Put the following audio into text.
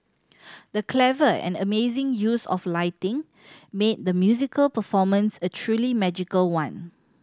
the clever and amazing use of lighting made the musical performance a truly magical one